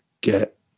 get